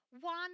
one